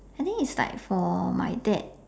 I think is like for my dad